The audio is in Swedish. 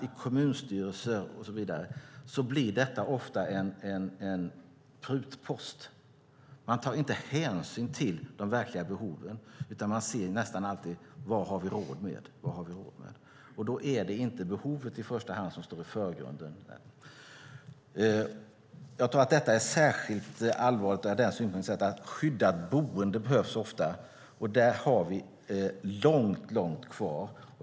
I kommunstyrelser och så vidare blir detta tyvärr ofta en prutpost. Man tar inte hänsyn till de verkliga behoven, utan man tänker nästan alltid: Vad har vi råd med? Då är det inte behovet som står i förgrunden. Jag tror att detta är särskilt allvarligt med tanke på att skyddat boende ofta behövs. Där har vi långt kvar.